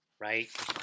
right